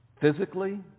physically